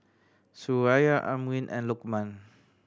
Suraya Amrin and Lokman